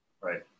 Right